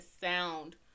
sound